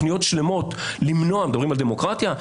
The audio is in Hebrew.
מדברים על דמוקרטיה?